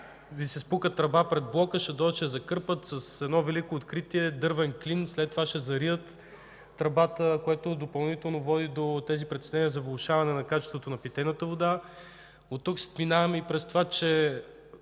Ви се спука тръба пред блока, ще дойдат, ще я закърпят с едно велико откритие – „дървен клин”, след това ще зарият тръбата, което допълнително води до притесненията за влошаване качеството на питейната вода. Оттук минаваме и през това, че